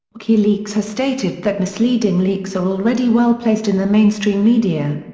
wikileaks has stated that misleading leaks are already well-placed in the mainstream media.